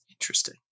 Interesting